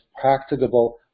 practicable